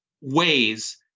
ways